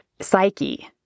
psyche